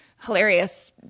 hilarious